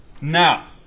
Now